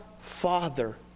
Father